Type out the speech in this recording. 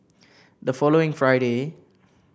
the following Friday